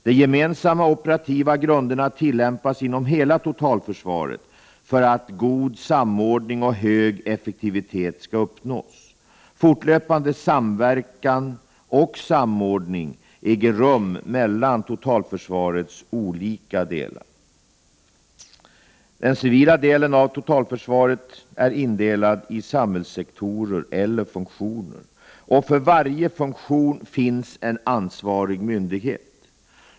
De gemensamma operativa grunderna tillämpas inom hela totalförsvaret för att god samordning och hög effektivitet skall uppnås. Fortlöpande samverkan och samordning äger rum mellan totalförsvarets olika delar. Den civila delen av totalförsvaret är indelad i samhällssektorer eller funktioner, och för varje funktion finns en ansvarig myndighet.